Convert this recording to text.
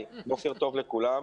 לכולם,